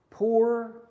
poor